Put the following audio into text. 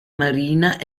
marina